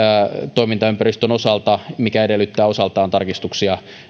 toimintaympäristön osalta mikä edellyttää osaltaan tarkistuksia